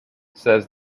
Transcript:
says